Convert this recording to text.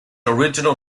original